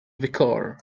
vicar